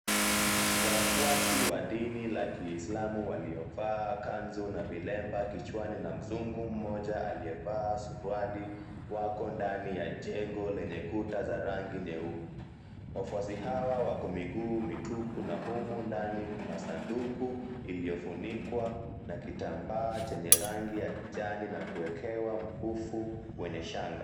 Wafuasi wa dini la Kiislamu waliovaa kanzu na vilemba kichwani na mzungu mmoja aliyevaa suruali wako ndani ya jengo za kuta zenye rangi nyeupe. Wafuasi hawa wako miguu mitupu na humu ndani kuna sanduku iliyofunikwa na kitambaa chenye rangi ya kijani na kuekewa mkufu wenye shanga.